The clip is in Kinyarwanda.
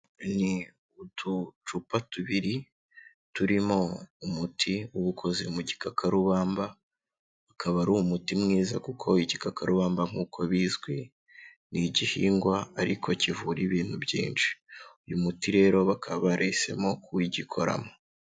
Ni uducupa tubiri turimo umuti uba ukoze mu gikakarubamba, ukaba ari umuti mwiza kuko ikikakarubamba nk'uko bizwi ni igihingwa ariko kivura ibintu byinshi, uyu muti rero bakaba barahisemo kuwugikoramo.